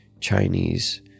Chinese